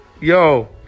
Yo